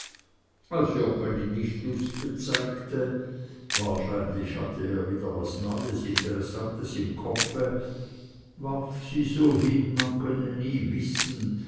als joggeli nicht lust bezeigte wahrscheinlich hatte er wieder was neues interessantes im kopfe warf sie so hin man könne nie wissen